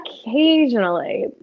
Occasionally